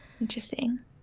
Interesting